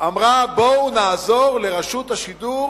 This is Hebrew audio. אמרה: בואו נעזור לרשות השידור